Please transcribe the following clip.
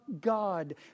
God